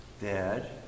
Dad